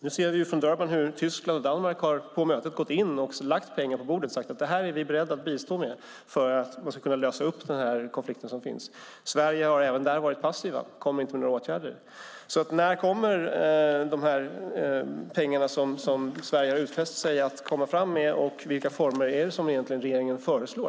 Nu ser vi i Durban hur Tyskland och Danmark har gått in på mötet och lagt pengar på bordet och sagt: Det här är vi beredda att bistå med för att man ska kunna lösa den konflikt som finns. Sverige har även där varit passivt. Man kommer inte med några åtgärder. När kommer de pengar som Sverige har utfäst sig att komma fram med? Och vilka former är det som regeringen aktivt föreslår?